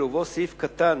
ובו סעיף קטן